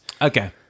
Okay